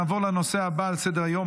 נעבור לנושא הבא על סדר-היום,